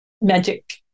magic